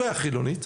והחילונית,